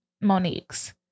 Monique's